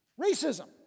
Racism